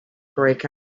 break